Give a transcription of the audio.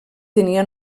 tenia